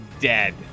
dead